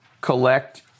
collect